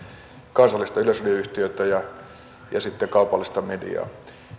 kansallista yleisradioyhtiötä ja ja sitten kaupallista mediaa